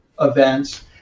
Events